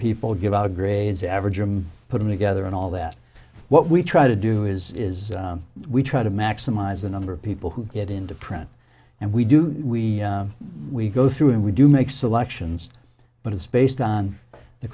people give out grades average i'm putting together and all that what we try to do is is we try to maximize the number of people who get into print and we do we we go through and we do make selections but it's based on the